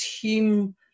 team